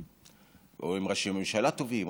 או הם ראשי ממשלה טובים,